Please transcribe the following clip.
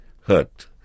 hurt